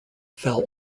fell